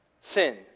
Sin